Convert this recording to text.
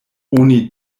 oni